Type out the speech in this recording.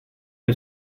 que